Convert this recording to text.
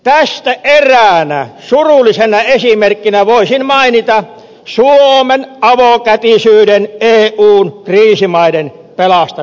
tästä eräänä surullisena esimerkkinä voisin mainita suomen avokätisyyden eun kriisimaiden pelastamisessa